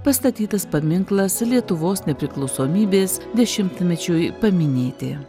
pastatytas paminklas lietuvos nepriklausomybės dešimtmečiui paminėti